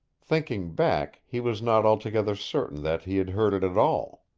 thinking back, he was not altogether certain that he had heard it at all.